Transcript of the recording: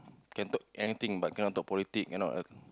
can talk about anything but cannot talk politic can not